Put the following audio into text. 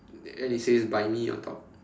and it says buy me on top